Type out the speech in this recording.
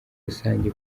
rusange